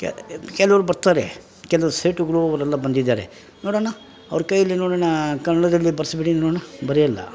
ಕೆಲವ್ರು ಬರ್ತಾರೆ ಕೆಲವರು ಸೇಟಗ್ರೂ ಅವರೆಲ್ಲ ಬಂದಿದಾರೆ ನೋಡೋಣ ಅವ್ರ ಕೈಯಲ್ಲಿ ನೋಡೋಣ ಕನ್ನಡದಲ್ಲಿ ಬರೆಸ್ಬಿಡಿ ನೋಡೋಣ ಬರೆಯಲ್ಲ